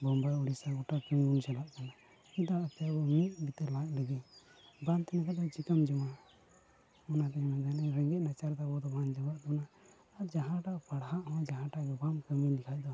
ᱵᱳᱢᱵᱟᱭ ᱩᱲᱤᱥᱥᱟ ᱜᱚᱴᱟ ᱠᱟᱹᱢᱤ ᱵᱚᱱ ᱪᱟᱞᱟᱜ ᱠᱟᱱᱟ ᱪᱮᱫᱟᱜᱛᱮ ᱢᱤᱫ ᱵᱤᱛᱟᱹ ᱞᱟᱡ ᱞᱟᱹᱜᱤᱫ ᱵᱟᱝ ᱛᱟᱦᱮᱱ ᱠᱷᱟᱱ ᱫᱚ ᱪᱤᱠᱟᱹᱢ ᱡᱚᱢᱟ ᱚᱱᱟᱛᱮᱧ ᱢᱮᱱᱫᱟ ᱨᱮᱸᱜᱮᱡ ᱱᱟᱪᱟᱨ ᱫᱚ ᱟᱵᱚ ᱫᱚ ᱵᱟᱝ ᱪᱟᱵᱟᱜ ᱠᱟᱱᱟ ᱟᱨ ᱡᱟᱦᱟᱸᱴᱟᱜ ᱯᱟᱲᱦᱟᱜ ᱦᱚᱸ ᱡᱟᱦᱟᱸᱴᱟᱜ ᱜᱮ ᱵᱟᱢ ᱠᱟᱹᱢᱤ ᱞᱮᱠᱷᱟᱱ ᱫᱚ